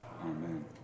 Amen